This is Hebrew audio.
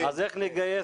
כן.